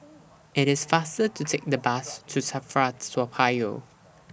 IT IS faster to Take The Bus to SAFRA Toa Payoh